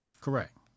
Correct